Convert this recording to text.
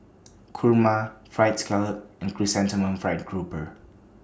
Kurma Fried Scallop and Chrysanthemum Fried Grouper